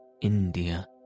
India